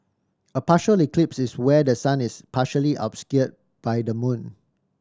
a partial eclipse is where the sun is partially obscure by the moon